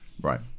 Right